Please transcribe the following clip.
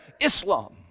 Islam